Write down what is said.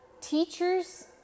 teachers